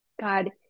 God